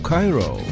Cairo